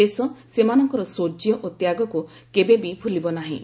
ଦେଶ ସେମାନଙ୍କର ସୌର୍ଯ୍ୟ ଓ ତ୍ୟାଗକୁ କେବେବି ଭୂଲିବ ନାହିଁ